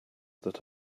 that